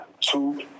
two